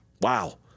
wow